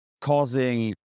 causing